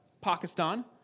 Pakistan